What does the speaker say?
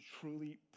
truly